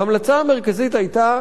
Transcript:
ההמלצה המרכזית היתה